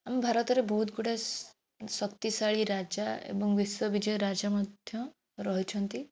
ଆମ ଭାରତରେ ବହୁତ ଗୁଡ଼ାଏ ଶ ଶକ୍ତିଶାଳୀ ରାଜା ଏବଂ ବିଶ୍ୱ ବିଜୟୀ ରାଜା ମଧ୍ୟ ରହିଛନ୍ତି